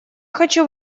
хочу